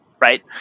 right